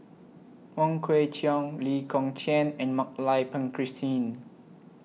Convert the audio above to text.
Wong Kwei Cheong Lee Kong Chian and Mak Lai Peng Christine